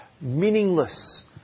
Meaningless